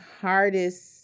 hardest